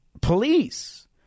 police